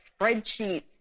spreadsheets